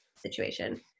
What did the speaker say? situation